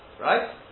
Right